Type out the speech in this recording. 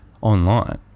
online